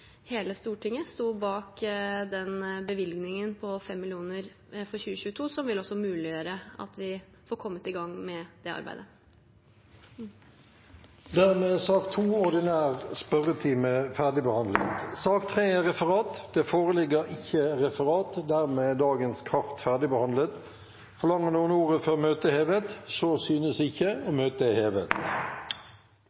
hele Stortinget stod bak den bevilgningen på 5 mill. kr for 2022, som også vil muliggjøre at vi får kommet i gang med det arbeidet. Dermed er sak nr. 2, ordinær spørretime, ferdigbehandlet. Det foreligger ikke noe referat. Dermed er dagens kart ferdigbehandlet. Forlanger noen ordet før møtet